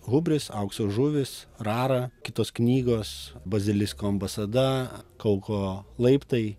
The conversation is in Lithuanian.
hubris aukso žuvys rara kitos knygos bazilisko ambasada kauko laiptai